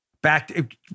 Back